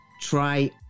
Try